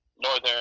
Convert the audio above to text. northern